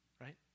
Right